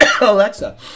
alexa